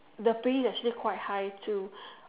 the pay actually quite high too